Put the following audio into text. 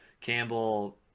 Campbell